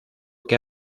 que